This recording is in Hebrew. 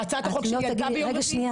הצעת החוק שלי עלתה ביום רביעי,